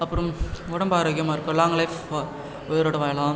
அப்புறம் உடம்பு ஆரோக்கியமாக இருக்கும் லாங் லைஃப் வ உயிரோடு வாழலாம்